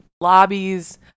lobbies